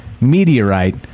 meteorite